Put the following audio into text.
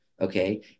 okay